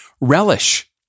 relish